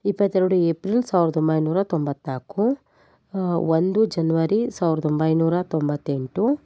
ಇಪ್ಪತ್ತೆರಡು ಏಪ್ರಿಲ್ ಸಾವಿರದ ಒಂಬೈನೂರ ತೊಂಬತ್ನಾಲ್ಕು ಒಂದು ಜನವರಿ ಸಾವಿರದ ಒಂಬೈನೂರ ತೊಂಬತ್ತೆಂಟು